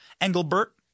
Engelbert